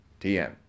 tm